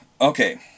Okay